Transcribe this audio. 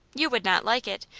you would not like it.